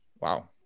Wow